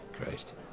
Christ